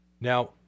Now